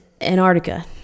Antarctica